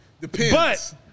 Depends